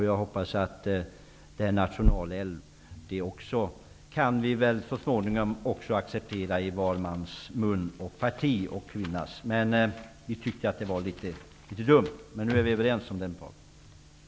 Jag hoppas också att begreppet nationalälv så småningom kan komma att ligga väl i var mans och i varje partis mun, men vi tyckte att det var litet dumt i nuvarande läge. Nu är vi dock överens på den punkten.